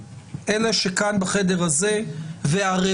אלה שכאן בחדר הזה והרבבות,